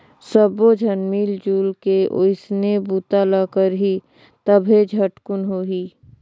सब्बो झन मिलजुल के ओइसने बूता ल करही तभे झटकुन होही